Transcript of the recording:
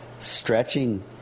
stretching